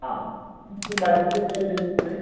ആ ഇതിൻ്റെ ബഡ്ജറ്റ് എത്രയാണ് ഉദ്ദേശിക്കുന്നത്